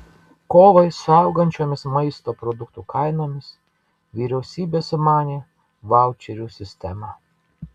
kovai su augančiomis maisto produktų kainomis vyriausybė sumanė vaučerių sistemą